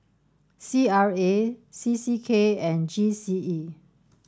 C R A C C K and G C E